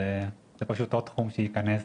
זה פשוט עוד תחום שייכנס,